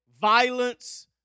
violence